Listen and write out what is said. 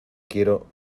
quiero